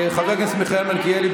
חבר הכנסת מיכאל מלכיאלי,